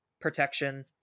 Protection